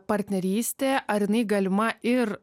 partnerystė ar jinai galima ir